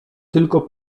tylko